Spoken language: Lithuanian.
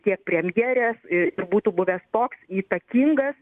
tiek premjerės ir būtų buvęs toks įtakingas